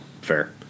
Fair